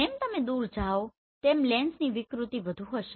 જેમ તમે દૂર જાઓ તેમ લેન્સની વિકૃતિ વધુ હશે